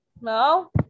No